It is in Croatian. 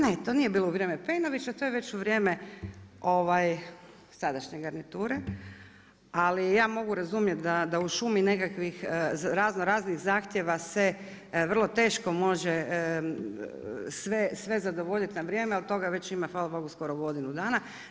Ne, to nije bilo u vrijeme Pejnovića, to je već u vrijeme sadašnje garniture ali ja mogu razumjeti da u šumi nekakvih raznoraznih zahtjeva se vrlo teško može sve zadovoljiti na vrijeme, od toga ima već hvala Bogu, skoro godinu dana.